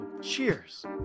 cheers